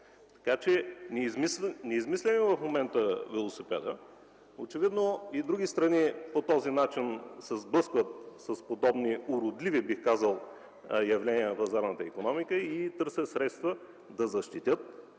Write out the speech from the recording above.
така че не измисляме в момента велосипеда. Очевидно и други страни по този начин се сблъскват с подобни уродливи, бих казал, явления на пазарната икономика и търсят средства да защитят